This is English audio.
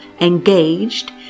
engaged